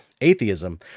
atheism